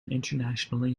internationally